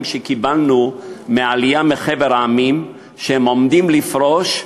שקיבלנו מהעלייה מחבר המדינות עומדים לפרוש,